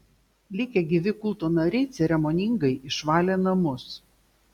likę gyvi kulto nariai ceremoningai išvalė namus